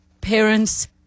parents